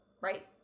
right